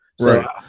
Right